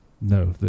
No